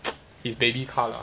his baby car lah